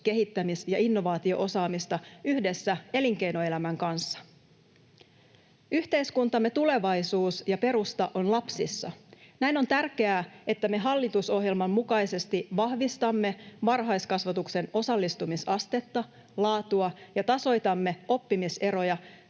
kehittämis- ja innovaatio-osaamista yhdessä elinkeinoelämän kanssa. Yhteiskuntamme tulevaisuus ja perusta on lapsissa. Näin on tärkeää, että me hallitusohjelman mukaisesti vahvistamme varhaiskasvatuksen osallistumisastetta ja laatua, tasoitamme oppimiseroja